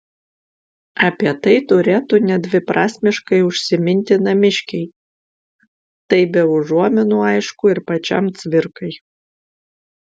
apie tai turėtų nedviprasmiškai užsiminti namiškiai tai be užuominų aišku ir pačiam cvirkai